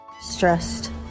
Stressed